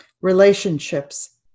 relationships